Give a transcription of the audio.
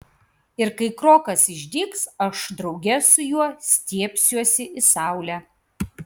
ir kai krokas išdygs aš drauge su juo stiebsiuosi į saulę